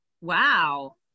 Wow